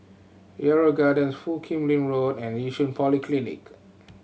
Yarrow Garden Foo Kim Lin Road and Yishun Polyclinic